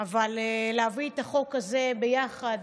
אבל להביא את החוק הזה ביחד